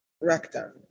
rectum